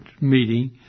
meeting